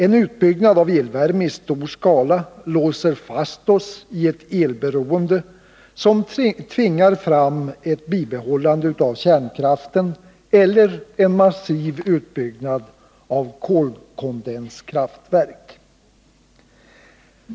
En utbyggnad av elvärme i stor skala låser fast oss i ett elberoende som tvingar fram ett bibehållande av kärnkraften eller en massiv utbyggnad av kolkondenskraftverk.